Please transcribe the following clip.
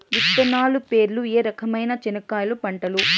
విత్తనాలు పేర్లు ఏ రకమైన చెనక్కాయలు పంటలు?